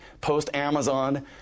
post-Amazon